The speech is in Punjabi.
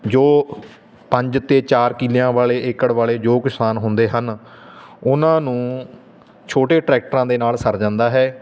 ਜੋ ਪੰਜ ਅਤੇ ਚਾਰ ਕਿਲ੍ਹਿਆਂ ਵਾਲੇ ਏਕੜ ਵਾਲੇ ਜੋ ਕਿਸਾਨ ਹੁੰਦੇ ਹਨ ਉਹਨਾਂ ਨੂੰ ਛੋਟੇ ਟਰੈਕਟਰਾਂ ਦੇ ਨਾਲ ਸਰ ਜਾਂਦਾ ਹੈ